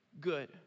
good